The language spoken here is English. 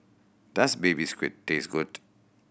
does Baby Squid taste good